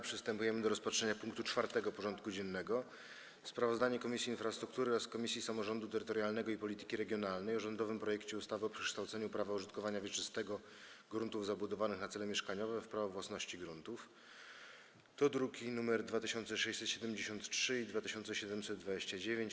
Przystępujemy do rozpatrzenia punktu 4. porządku dziennego: Sprawozdanie Komisji Infrastruktury oraz Komisji Samorządu Terytorialnego i Polityki Regionalnej o rządowym projekcie ustawy o przekształceniu prawa użytkowania wieczystego gruntów zabudowanych na cele mieszkaniowe w prawo własności gruntów (druki nr 2673 i 2729)